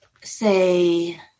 say